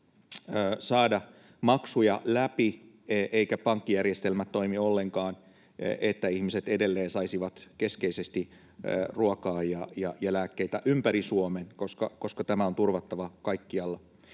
saada maksuja läpi eivätkä pankkijärjestelmät toimi ollenkaan, ihmiset edelleen saisivat keskeisesti ruokaa ja lääkkeitä ympäri Suomen, koska tämä on turvattava kaikkialla.